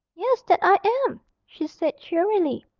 yes, that i am she said cheerily,